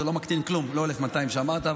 לא 1,200 כמו שאמרת,